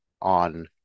on